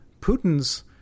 Putin's